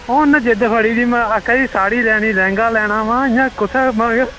ओह् उन्ने जिद्द फगड़ी दी आक्खदी साड़ी लैनी लैहंगा लैना ते इंया कुत्थें